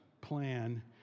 plan